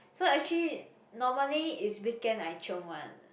so actually normally is weekend I chiong one